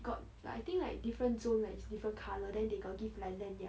got like I think like different zones that is different colour then they got give like lanyard